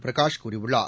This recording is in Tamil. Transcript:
பிரகாஷ் கூறியுள்ளார்